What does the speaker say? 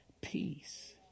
peace